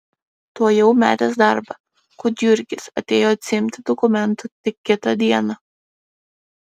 tuojau metęs darbą gudjurgis atėjo atsiimti dokumentų tik kitą dieną